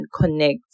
connect